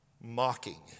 mocking